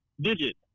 Digit